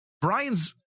Brian's